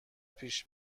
پیش